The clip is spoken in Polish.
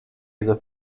jego